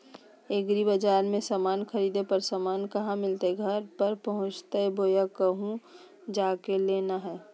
एग्रीबाजार से समान खरीदे पर समान कहा मिलतैय घर पर पहुँचतई बोया कहु जा के लेना है?